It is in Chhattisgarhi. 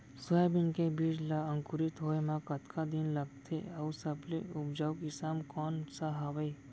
सोयाबीन के बीज ला अंकुरित होय म कतका दिन लगथे, अऊ सबले उपजाऊ किसम कोन सा हवये?